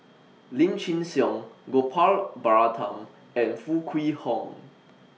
Lim Chin Siong Gopal Baratham and Foo Kwee Horng